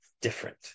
different